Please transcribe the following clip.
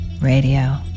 Radio